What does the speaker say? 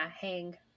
hang